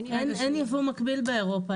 אין ייבוא מקביל באירופה.